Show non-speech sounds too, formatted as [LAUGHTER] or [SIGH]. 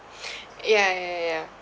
[BREATH] ya ya ya ya